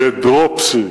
דרופסי,